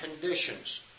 conditions